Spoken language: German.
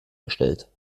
gestellt